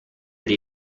dei